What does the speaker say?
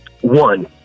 one